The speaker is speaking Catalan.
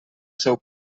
seu